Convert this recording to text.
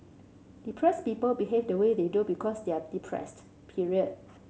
depress people behave the way they do because they are depressed period